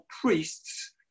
priests